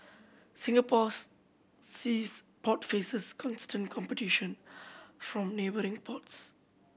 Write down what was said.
Singapore's seas port faces constant competition from neighbouring ports